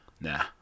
nah